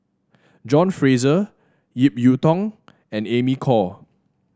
John Fraser Ip Yiu Tung and Amy Khor